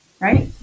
right